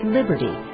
Liberty